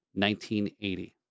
1980